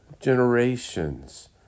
generations